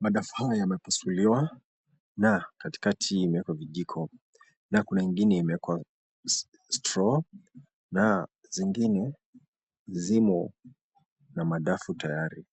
Madafu haya yamepasuliwa na katikati imeekwa vijiko na kuna ingine imekuwa straw na zingine zimo na madafu tayari.